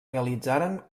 realitzaren